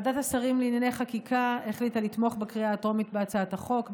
ועדת השרים לענייני חקיקה החליטה לתמוך בקריאה הטרומית בהצעת החוק,